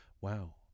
wow